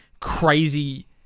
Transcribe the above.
crazy